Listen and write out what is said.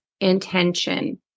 intention